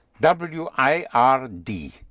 W-I-R-D